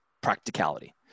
practicality